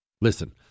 Listen